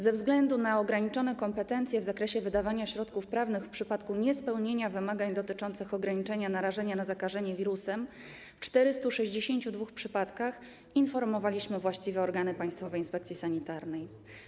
Ze względu na ograniczone kompetencje w zakresie wydawania środków prawnych w przypadku niespełnienia wymagań dotyczących ograniczenia narażenia na zakażenie wirusem w 462 przypadkach informowaliśmy właściwe organy Państwowej Inspekcji Sanitarnej.